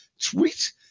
Tweet